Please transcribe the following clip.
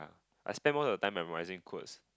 I spent most of the time memorising quotes